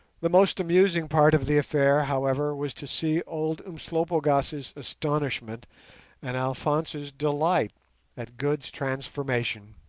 the most amusing part of the affair, however, was to see old umslopogaas's astonishment and alphonse's delight at good's transformation.